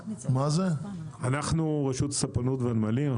אנחנו רשות הספנות והנמלים.